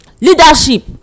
leadership